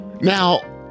Now